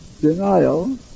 denial